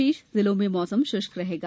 शेष जिलों में मौसम शुष्क रहेगा